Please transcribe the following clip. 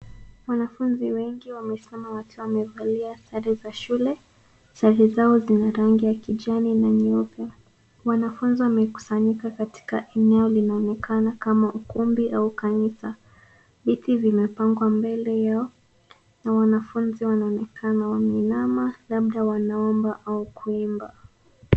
Wanafunzi wengi wamesimama wakiwa wamevalia sare za shule. Sare zao zina rangi ya kijani na nyeupe. Wanafunzi wamekusanyika katika eneo linaonekana kama ukumbi au kanisa. Viti vimepangwa mbele yao na wanafunzi wanaonekana wameinama labda wanaomba au kuimba.